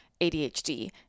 ADHD